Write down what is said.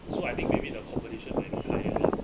so I think maybe the competition might be higher lah